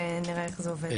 ונראה איך זה עובד.